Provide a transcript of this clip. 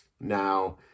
Now